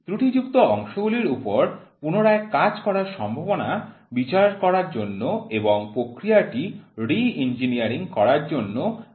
ত্রুটিযুক্ত অংশগুলির উপর পুনরায় কাজ করার সম্ভাবনা বিচার করার জন্য এবং প্রক্রিয়াটি re engineering করার জন্য আমাদের পরিদর্শন করা দরকার